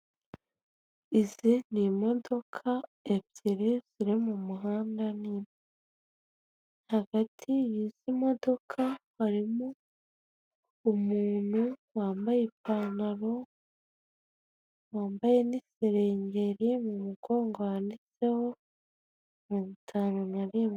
Izi n'imodoka ebyiri ziri mu muhanda nyine, hagati y'izi modoka harimo umuntu wambaye ipantaro, wambaye n'isengeri, mu mugongo handitseho mirongo itanu na rimwe.